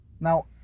Now